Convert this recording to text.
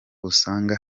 usanga